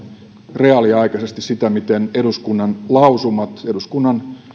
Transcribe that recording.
reaaliaikaisesti sitä miten eduskunnan lausumat eduskunnan